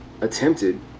attempted